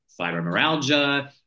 fibromyalgia